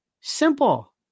Simple